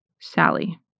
Sally